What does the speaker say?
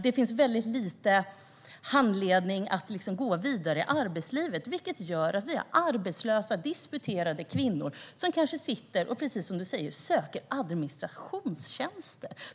Det ges för lite handledning för att gå vidare i arbetslivet, vilket gör att det finns arbetslösa, disputerade kvinnor som söker administrativa tjänster.